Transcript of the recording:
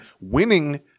winning